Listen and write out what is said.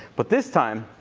but this time,